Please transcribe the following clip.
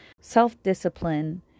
Self-discipline